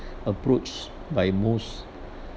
approach by most